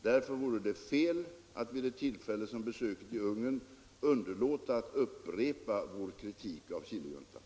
Därför vore det fel att vid ett tillfälle som besöket i Ungern underlåta att upprepa vår kritik av Chilejuntan.